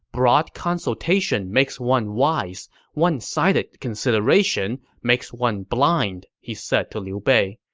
broad consultation makes one wise one-sided consideration makes one blind he said to liu bei.